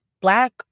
Black